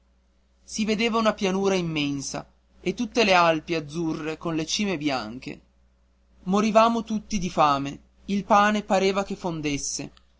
si vedeva una pianura immensa e tutte le alpi azzurre con le cime bianche morivamo tutti di fame il pane pareva che fondesse